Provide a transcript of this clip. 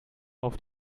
auf